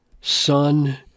Son